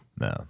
No